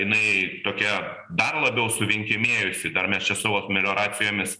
jinai tokia dar labiau suvienkėmėjusi dar mes čia savo melioracijomis